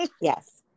Yes